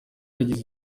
agize